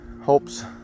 hopes